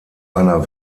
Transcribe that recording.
einer